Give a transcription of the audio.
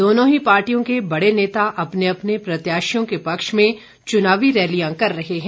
दोनों ही पार्टियों के बड़े नेता अपने अपने प्रत्याशियों के पक्ष में चुनावी रैलियां कर रहे हैं